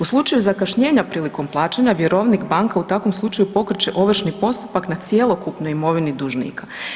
U slučaju zakašnjenja prilikom plaćanja vjerovnik banka u takvom slučaju pokreće ovršni postupak na cjelokupnoj imovini dužnika.